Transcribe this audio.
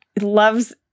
loves